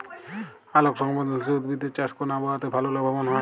আলোক সংবেদশীল উদ্ভিদ এর চাষ কোন আবহাওয়াতে ভাল লাভবান হয়?